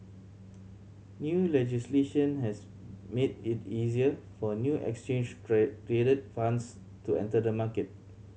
new legislation has made it easier for new exchange trade traded funds to enter the market